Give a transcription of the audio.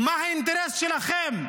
מה האינטרס שלכם?